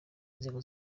inzego